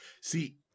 See